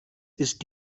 ist